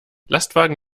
lastwagen